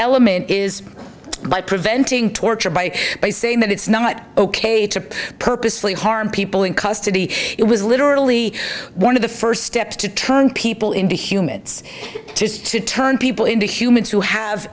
element is by preventing torture by by saying that it's not ok to purposely harm people in custody it was literally one of the first steps to turn people into humans to turn people into humans who have